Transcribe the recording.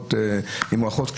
כשחקירות נמרחות,